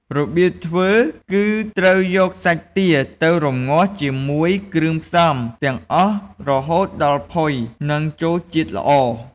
របៀបធ្វើគឺត្រូវយកសាច់ទាទៅរំងាស់ជាមួយគ្រឿងផ្សំទាំងអស់រហូតដល់ផុយ និងចូលជាតិល្អ។